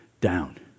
down